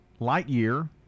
Lightyear